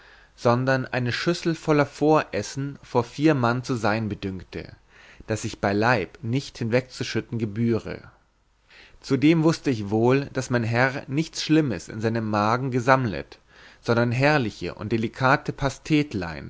sondern eine schüssel voller voressen vor vier mann zu sein bedünkte das sich beileib nicht hinwegzuschütten gebühre zudem wußte ich wohl daß mein herr nichts schlimmes in seinen magen gesammlet sondern herrliche und delikate